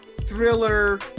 thriller